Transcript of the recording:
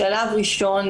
בשלב ראשון